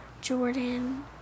Jordan